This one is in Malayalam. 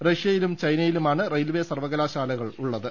റഷ്യയിലും ചൈനയിലുമാണ് റെയിൽവേ സർവകലാശാലകൾ ഉള്ളത്